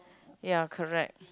ya correct